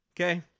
Okay